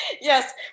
Yes